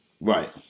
Right